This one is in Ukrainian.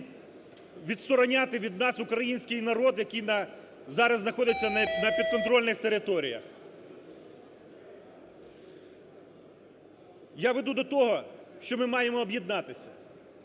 відстороняти від нас український народ, який зараз знаходиться на підконтрольних територіях. Я веду до того, що ми маємо об'єднатися.